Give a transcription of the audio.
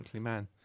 man